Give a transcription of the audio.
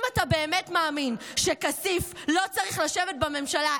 אם אתה באמת מאמין שכסיף לא צריך לשבת בממשלה,